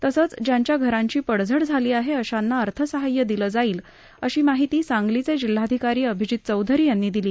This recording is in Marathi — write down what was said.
तसंच ज्यांच्या घरांची पडझड झाली आहे अशांना अर्थसहाय्य दिलं जाईल अशी माहिती सांगलीचे जिल्हाधिकारी अभिजित चौधरी यांनी दिली